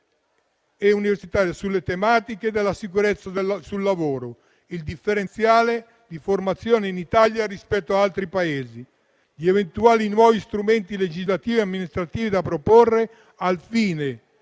e universitaria sulle tematiche della sicurezza sul lavoro, il differenziale di formazione in Italia rispetto agli altri Paesi; gli eventuali nuovi strumenti legislativi e amministrativi da proporre al fine